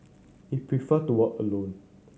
he prefer to alone